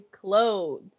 clothes